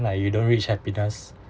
like you don't reach happiness